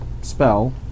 spell